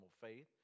faith